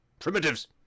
Primitives